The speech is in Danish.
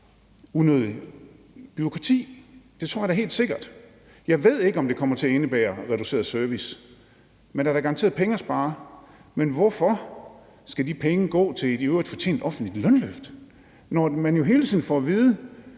unødigt bureaukrati. Det tror jeg da helt sikkert. Jeg ved ikke, om det kommer til at indebære reduceret service, men der er da garanteret penge at spare. Men hvorfor skal de penge gå til et i øvrigt fortjent lønløft i det offentlige, når man jo hele tiden får at vide,